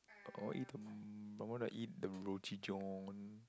I want to eat um I want to eat the Roti-John